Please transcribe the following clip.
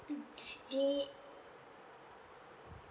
mm the